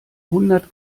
hundert